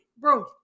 Bro